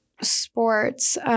sports